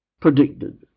Predicted